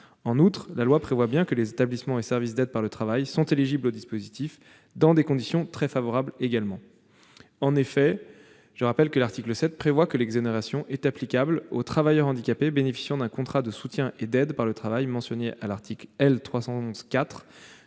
En outre, la loi prévoit bien que les établissements et services d'aide par le travail sont éligibles au dispositif dans des conditions très favorables également. En effet, l'article 7 prévoit que l'exonération est applicable « aux travailleurs handicapés bénéficiant d'un contrat de soutien et d'aide par le travail mentionné à l'article L. 311-4